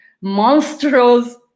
monstrous